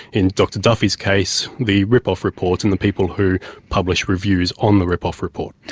in dr duffy's case, the ripoff report and the people who publish reviews on the ripoff report.